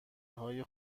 های